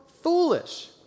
foolish